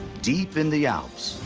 deep in the alps,